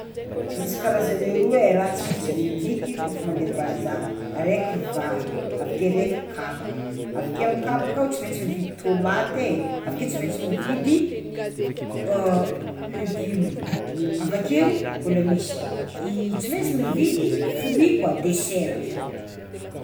Misy karazany roa e raha tsy maintsy vidiky kôfa mande bazary, araiky vary avakeo raiky kabaka avakeo amy kabaka akao tsy maintsy mividy tômaty e, avakeo tsy maintsy mividy legume avakeo mbola misy i tsy maintsy fruit koa desera zany.